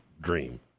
dream